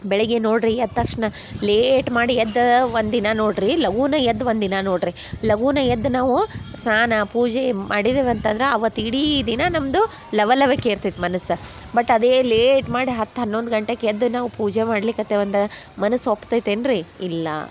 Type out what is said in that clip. ಬೆಳಿಗ್ಗೆ ನೋಡಿರಿ ಎದ್ದ ತಕ್ಷಣ ಲೇಟ್ ಮಾಡಿ ಎದ್ದು ಒಂದು ದಿನ ನೋಡಿರಿ ಲಗೂನ ಎದ್ದು ಒಂದು ದಿನ ನೋಡಿರಿ ಲಗೂನ ಎದ್ದು ನಾವು ಸ್ನಾನ ಪೂಜೆ ಮಾಡಿದೆವು ಅಂತಂದ್ರೆ ಅವತ್ತು ಇಡೀ ದಿನ ನಮ್ಮದು ಲವಲವಿಕೆ ಇರ್ತೈತೆ ಮನಸ್ಸು ಬಟ್ ಅದೇ ಲೇಟ್ ಮಾಡಿ ಹತ್ತು ಹನ್ನೊಂದು ಗಂಟೆಗ್ ಎದ್ದು ನಾವು ಪೂಜೆ ಮಾಡ್ಲಿಕತ್ತೆವು ಅಂದ್ರೆ ಮನಸ್ಸು ಒಪ್ತೈತೇನು ರಿ ಇಲ್ಲ